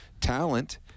talent